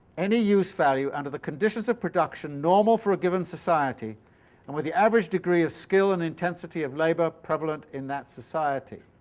any use-value under the conditions of production normal for a given society and with the average degree of skill and intensity of labour prevalent in that society.